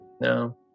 no